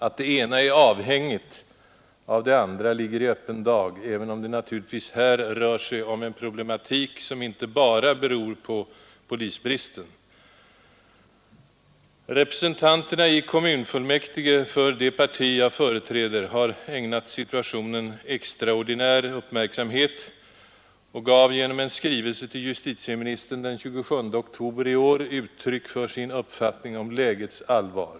Att det ena är avhängigt av det andra ligger i öppen dag, även om det naturligtvis här rör sig om en problematik, som inte bara beror på polisbristen. Representanterna i kommunfullmäktige för det parti jag företräder har ägnat situationen extraordinär uppmärksamhet genom en direkt hänvändelse till justitieministern den 27 oktober i år, där man givit uttryck för sin uppfattning om lägets allvar.